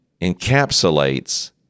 encapsulates